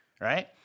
right